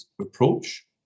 approach